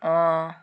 অঁ